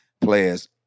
players